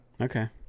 Okay